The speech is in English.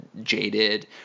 jaded